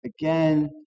again